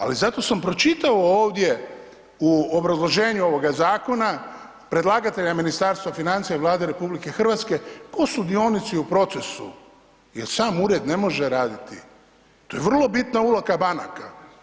Ali zato sam pročitao ovdje u obrazloženju ovoga zakona predlagatelja Ministarstva financija i Vlade RH tko su dionici u procesu jer sam ured ne može raditi, to je vrlo bitna uloga banaka.